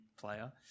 player